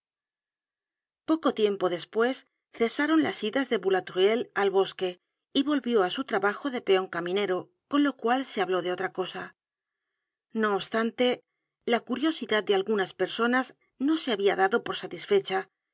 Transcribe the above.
poco tiempo despues cesaron las idas de boulatruelle al bosque y volvió á su trabajo de peon caminero con lo cual se habló de otra cosa no obstante la curiosidad de algunas personas no se habia dado por satisfeccha